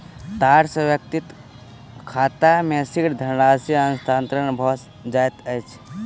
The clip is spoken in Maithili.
तार सॅ व्यक्तिक खाता मे शीघ्र धनराशि हस्तांतरण भ जाइत अछि